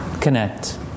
Connect